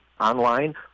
online